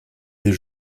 des